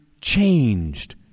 changed